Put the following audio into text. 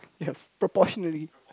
yes proportionately